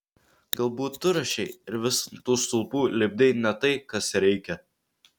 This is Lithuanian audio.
galbūt tu rašei ir vis ant tų stulpų lipdei ne tai kas reikia